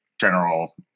general